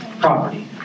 property